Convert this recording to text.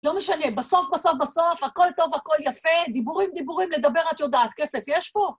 לא משנה, בסוף בסוף בסוף, הכל טוב, הכל יפה, דיבורים דיבורים, לדבר את יודעת. כסף יש פה?